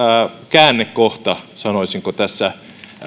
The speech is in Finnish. käännekohta sanoisinko tässä